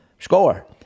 Score